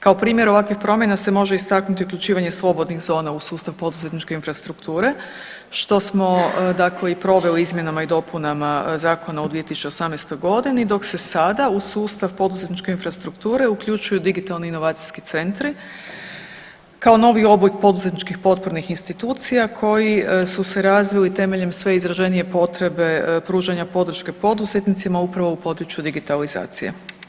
Kao primjer ovakvih promjena se može istaknuti uključivanje slobodnih zona u sustav poduzetničke infrastrukture što smo dakle i proveli izmjenama i dopunama zakona u 2018. godini dok se sada u sustav poduzetničke infrastrukture uključuju digitalni inovacijski centri kao novi oblik poduzetničkih potpornih institucija koji su se razvili temeljem sve izraženije potrebe pružanja podrške poduzetnicima upravo u području digitalizacije.